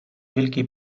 wielkiej